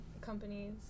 companies